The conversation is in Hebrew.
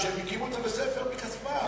שהם הקימו את בית-הספר מכספם,